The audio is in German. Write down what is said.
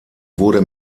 wurde